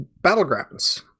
battlegrounds